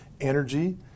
energy